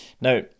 Now